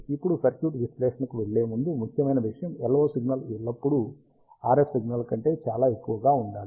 ఇప్పుడు సర్క్యూట్ విశ్లేషణకు వెళ్ళే ముందు ముఖ్యమైన విషయం LO సిగ్నల్ ఎల్లప్పుడూ RF సిగ్నల్ కంటే చాలా ఎక్కువగా ఉండాలి